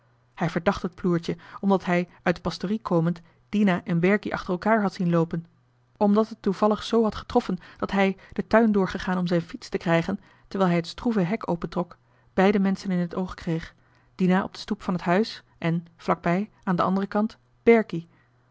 hij verdacht het ploertje omdat hij uit de pastorie komend dina en berkie achter elkaar had zien loopen omdat het toevallig zoo had getroffen dat hij den tuin doorgegaan om zijn fiets te krijgen terwijl hij het stroeve hek opentrok beide menschen in het oog kreeg dina op de stoep van het huis en vlak bij aan den anderen kant